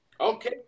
Okay